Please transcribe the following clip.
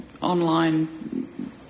online